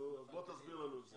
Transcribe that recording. אז בוא תסביר לנו את זה.